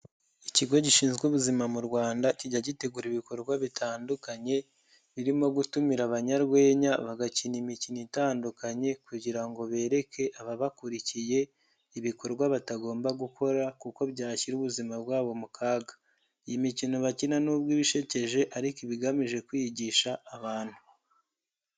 Ikigo gishinzwe ubuzima mu Rwanda kijya gitegura ibikorwa bitandukanye birimo gutumira abanyarwenya bagakina imikino itandukanye kugira ngo bereke ababakurikiye ibikorwa batagomba gukora kuko byashyira ubuzima bwabo mu kaga. Iyi mikino bakina nubwo iba isekeje ariko iba igamije kwigisha abantu.